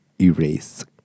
erase